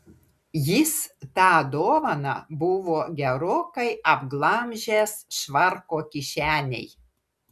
jis tą dovaną buvo gerokai apglamžęs švarko kišenėj